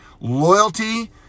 Loyalty